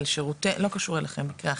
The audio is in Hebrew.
לא קשור אליכם מקרה אחר,